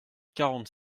quarante